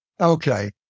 Okay